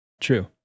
true